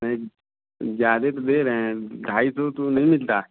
नहीं ज्यादे तो दे रहे हैं ढाई सौ तो नहीं मिलता